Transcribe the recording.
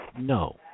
No